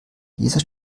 dieser